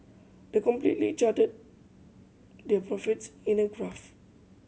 the completely charted their profits in a graph